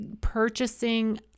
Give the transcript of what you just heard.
purchasing